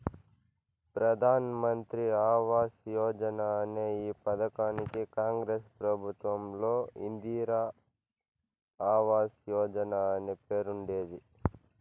ప్రధాన్ మంత్రి ఆవాస్ యోజన అనే ఈ పథకానికి కాంగ్రెస్ ప్రభుత్వంలో ఇందిరా ఆవాస్ యోజన అనే పేరుండేది